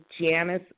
Janice